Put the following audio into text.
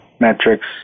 metrics